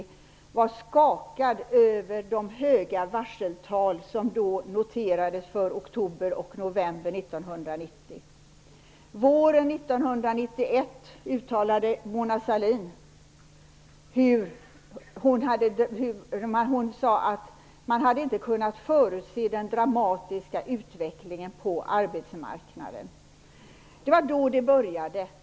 Han var skakad över de höga varseltal som noterades för oktober och november 1990. Våren 1991 uttalade Mona Sahlin att man inte hade kunnat förutse den dramatiska utvecklingen på arbetsmarknaden. Det var då det började.